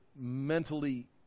mentally